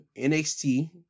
NXT